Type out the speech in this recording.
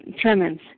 tremens